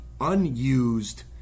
unused